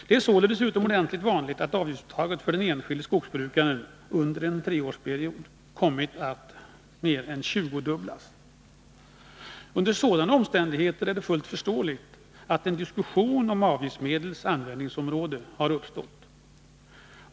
Det är således utomordentligt vanligt att avgiftsuttaget för den enskilde skogsbrukaren under en treårsperiod har kommit att mer än tjugodubblas. Under sådana omständigheter är det fullt förståeligt att en diskussion om avgiftsmedlens användningsområde har uppstått.